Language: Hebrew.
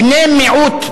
בני מיעוט,